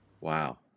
Wow